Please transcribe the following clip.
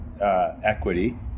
equity